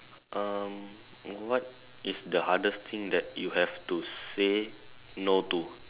um what is the hardest thing that you have to say no to